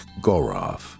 Goroff